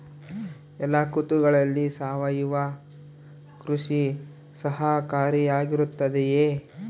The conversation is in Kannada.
ಎಲ್ಲ ಋತುಗಳಲ್ಲಿ ಸಾವಯವ ಕೃಷಿ ಸಹಕಾರಿಯಾಗಿರುತ್ತದೆಯೇ?